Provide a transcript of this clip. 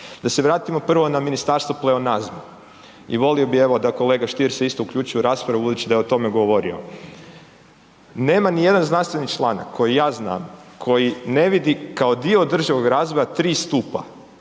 Da se vratimo na ministarstvo pleonazma, i volio bih evo, da kolega Stier se isto uključi u raspravu budući da je o tome govorio. Nema nijedan znanstveni članak koji ja znam koji ne vidi kao dio održivog razvoja tri stupa,